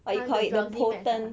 !huh! the drowsy meds ah